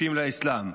לאסלאם: